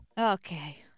Okay